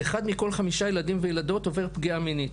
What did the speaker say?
"1 מכל 5 ילדים וילדות עובר פגיעה מינית,